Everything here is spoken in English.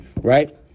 right